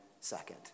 second